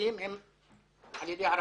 מאוכלסים הם על ידי ערבים.